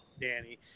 Danny